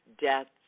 deaths